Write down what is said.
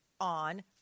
on